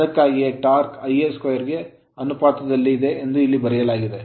ಅದಕ್ಕಾಗಿಯೇ torque torque Ia2 ಗೆ ಅನುಪಾತದಲ್ಲಿದೆ ಎಂದು ಇಲ್ಲಿ ಬರೆಯಲಾಗಿದೆ